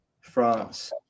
France